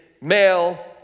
male